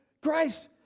Grace